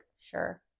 sure